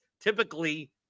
typically